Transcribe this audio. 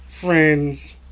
friends